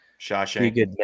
Shawshank